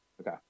okay